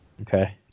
Okay